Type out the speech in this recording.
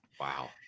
Wow